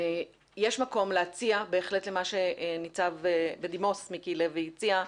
יש מקום להציע בהחלט מה שניצב בדימוס מיקי לוי הציע,